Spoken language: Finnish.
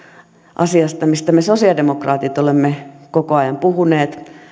asiasta mistä me sosialidemokraatit olemme koko ajan puhuneet